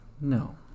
No